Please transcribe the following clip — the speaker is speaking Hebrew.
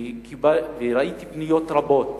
ראיתי פניות רבות